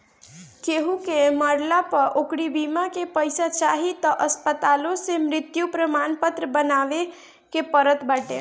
केहू के मरला पअ ओकरी बीमा के पईसा चाही तअ अस्पताले से मृत्यु प्रमाणपत्र बनवावे के पड़त बाटे